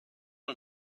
est